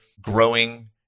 growing